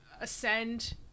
ascend